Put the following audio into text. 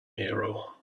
hero